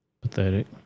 pathetic